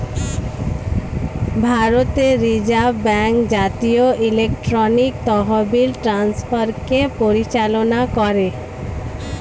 ভারতের reserve bank জাতীয় electronic তহবিল ট্রান্সফারকে পরিচালনা করে